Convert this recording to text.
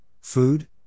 food